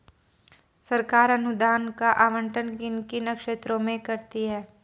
सरकार अनुदान का आवंटन किन किन क्षेत्रों में करती है?